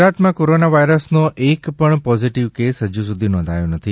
ગુજરાતમાં કોરોના વાયરસનો એક પણ પોઝીટવ કેસ હજી સુધી નોંધાયો નથી